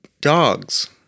dogs